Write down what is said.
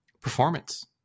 performance